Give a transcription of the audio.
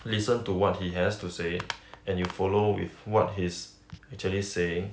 listen to what he has to say and you follow with what he's actually saying